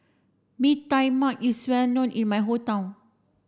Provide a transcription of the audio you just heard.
Mee Tai Mak is well known in my hometown